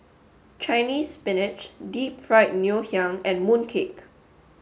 Chinese Spinach deep fried Ngoh Hiang and mooncake